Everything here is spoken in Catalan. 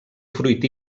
fruit